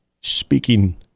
speaking